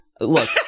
Look